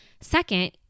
Second